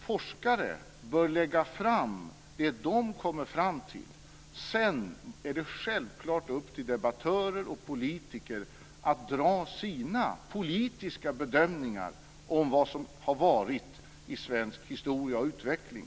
Forskare bör lägga fram det som de kommer fram till. Sedan är det självklart upp till debattörer och politiker att göra sina politiska bedömningar av vad som har skett i svensk historia och utveckling.